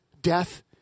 death